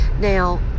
Now